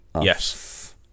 Yes